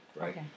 right